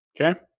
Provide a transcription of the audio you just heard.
Okay